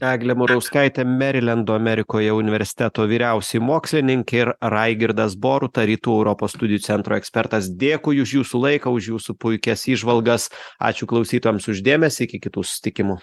eglė murauskaitė merilendo amerikoje universiteto vyriausioji mokslininkė ir raigirdas boruta rytų europos studijų centro ekspertas dėkui už jūsų laiką už jūsų puikias įžvalgas ačiū klausytojams už dėmesį iki kitų susitikimų